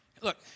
Look